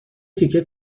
تیکه